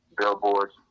billboards